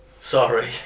Sorry